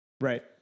Right